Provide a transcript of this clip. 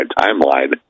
timeline